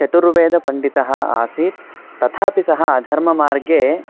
चतुर्वेदपण्डितः आसीत् तथापि सः अधर्ममार्गे